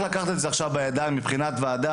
צריך לקחת את זה עכשיו בידיים מבחינת ועדה